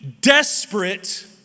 desperate